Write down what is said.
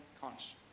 conscience